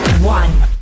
One